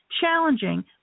challenging